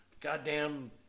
Goddamn